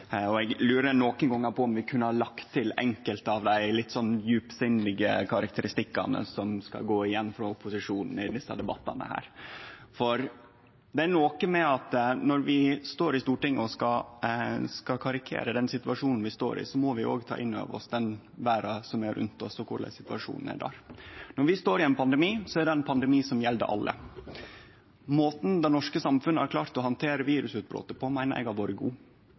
pine. Eg lurer nokre gonger på om vi kunne ha lagt til enkelte av dei litt djupsindige karakteristikkane som skal gå igjen frå opposisjonen i desse debattane. Det er noko med at når vi står i Stortinget og skal karikere den situasjonen vi står i, må vi òg ta inn over oss den verda som er rundt oss, og korleis situasjonen er der. Når vi står i ein pandemi, er det ein pandemi som gjeld alle. Måten det norske samfunnet har klart å handtere virusutbrotet på, meiner eg har vore god.